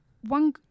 One